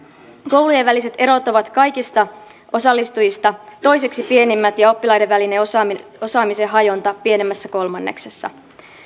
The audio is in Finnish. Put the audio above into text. koulujen väliset erot ovat kaikista osallistujista toiseksi pienimmät ja oppilaiden välinen osaamisen hajonta pienimmässä kolmanneksessa